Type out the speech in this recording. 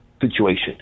situation